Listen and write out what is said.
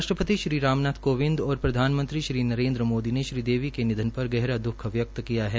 राष्ट्रपति श्री रामनाथ कोविंद और प्रधानमंत्री श्री नरेन्द्र मोदी ने श्रीदेवी के निधन पर गहरा दुख व्यक्त किया है